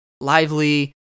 lively